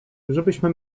żebyśmy